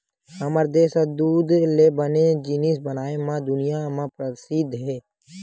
हमर देस ह दूद ले बने जिनिस बनाए म दुनिया म परसिद्ध हे